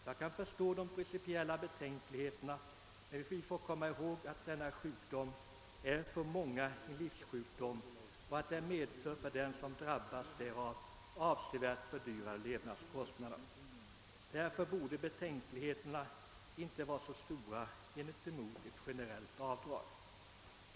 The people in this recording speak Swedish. Jag kan förstå de principiella betänkligheterna, men vi får komma ihåg att diabetes för många är en livslång sjukdom och att den för dem som drabbas därav medför avsevärt fördyrade levnadskostnader. Därför borde betänkligheterna mot ett generellt avdrag inte vara så stora.